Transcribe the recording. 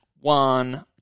one